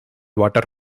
water